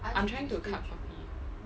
I'm trying to cut coffee